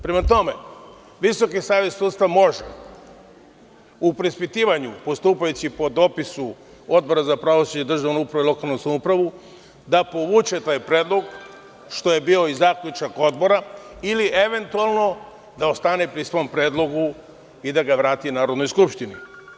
Prema tome, Visoki savet sudstva može u preispitivanju postupajući po dopisu Odbora za pravosuđe i državnu upravu i lokalnu samoupravu, da povuče taj predlog, što je bio i zaključak Odbora ili eventualno da ostane pri svom predlogu i da ga vrati Narodnoj skupštini.